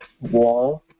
wall